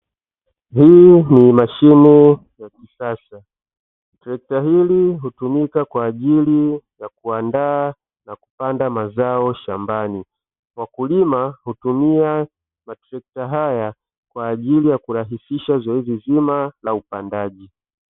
Hii ni mashine ya kisasa, trekta hili hutumika kwa ajili ya kuandaa na kupanda mazao shambani, wakulima hutumia matrekta haya kwa ajili ya kurahisisha zoezi zima la upandaji.